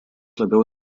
labiau